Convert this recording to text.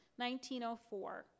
1904